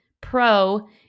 pro